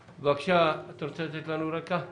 בבקשה, תציג לנו את הרקע.